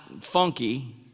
funky